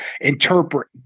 interpret